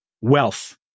Wealth